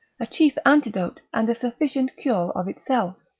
a chief antidote, and a sufficient cure of itself.